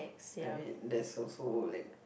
I mean there's also like